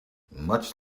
much